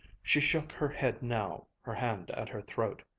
she shook her head now, her hand at her throat,